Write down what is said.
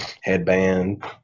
headband